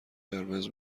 قرمز